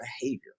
behavior